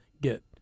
get